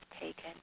taken